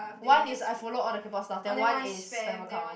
one is I follow all the K-Pop stars then one is spam account